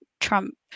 Trump